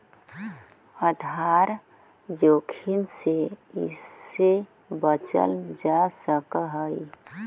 आधार जोखिम से कइसे बचल जा सकऽ हइ?